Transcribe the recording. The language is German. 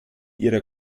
ihrer